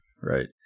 right